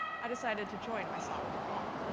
i decided to join my sophomore fall.